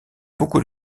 beaucoup